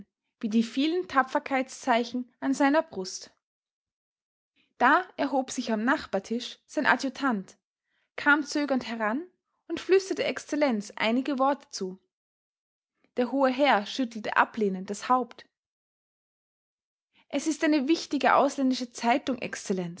wie die vielen tapferkeitszeichen an seiner brust da erhob sich am nachbartisch sein adjutant kam zögernd heran und flüsterte excellenz einige worte zu der hohe herr schüttelte ablehnend das haupt es ist eine wichtige ausländische zeitung excellenz